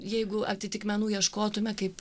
jeigu atitikmenų ieškotume kaip